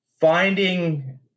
finding